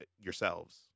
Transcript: yourselves